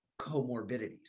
comorbidities